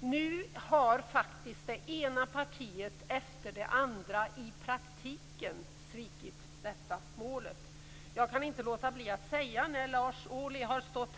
Nu har det ena partiet efter det andra i praktiken svikit detta mål. Lars Ohly talade sig varm för enprocentsmålet.